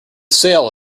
sail